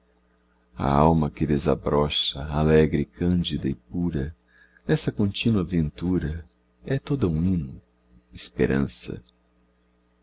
a alma que desabrocha alegre cândida e pura nessa contínua ventura é toda um hino esperança